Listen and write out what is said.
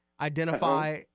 identify